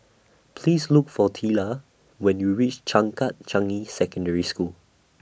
Please Look For Teela when YOU REACH Changkat Changi Secondary School